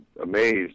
amazed